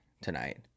tonight